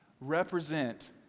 represent